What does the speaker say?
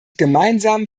gemeinsam